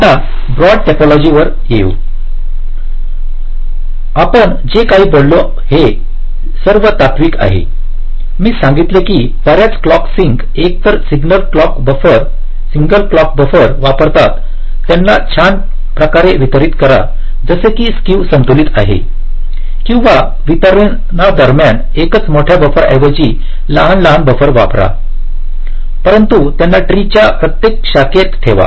आता broad topology वर येऊआम्ही जे काही बोललो हे सर्व तात्विक आहे मी सांगितले की बर्याच क्लॉक सिंक एकतर सिंगल क्लॉक बफर वापरतात त्यांना छान प्रकारे वितरित करा जसे की स्क्यू संतुलित आहे किंवा वितरणादरम्यान एकाच मोठ्या बफरऐवजीलहान लहान बफर वापरा परंतु त्यांना ट्री च्या प्रत्येक शाखेत ठेवा